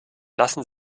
lassen